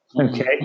okay